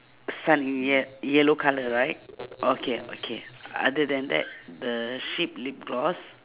sun ye~ yellow colour right okay okay other than that the sheet lip gloss